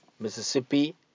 Mississippi